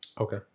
Okay